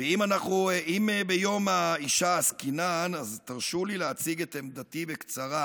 אם ביום האישה עסקינן תרשו לי להציג את עמדתי בקצרה